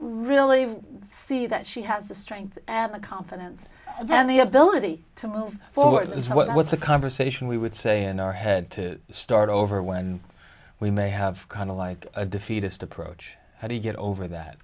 really see that she has the strength and the confidence and the ability to move forward is what's the conversation we would say in our head to start over when we may have kind of like a defeatist approach how do you get over that